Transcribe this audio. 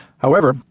however,